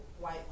white